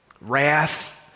Wrath